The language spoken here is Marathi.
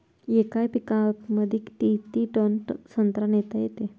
येका पिकअपमंदी किती टन संत्रा नेता येते?